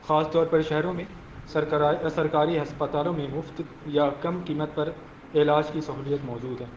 خاص طور پر شہروں میں سرکرائے سرکاری ہسپتالوں میں مفت یا کم قیمت پر علاج کی سہولت موجود ہے